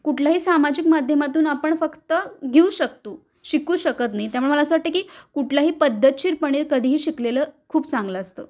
कुठल्याही सामाजिक माध्यमातून आपण फक्त घेऊ शकतो शिकू शकत नाही त्यामुळे मला असं वाटतं की कुठल्याही पद्धतशीरपणे कधीही शिकलेलं खूप चांगलं असतं